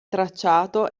tracciato